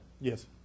Yes